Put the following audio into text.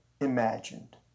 imagined